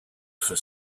for